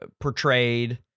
portrayed